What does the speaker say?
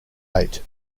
eight